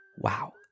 Wow